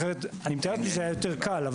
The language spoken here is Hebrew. אחרת אני מתאר לעצמי שזה היה יותר קל.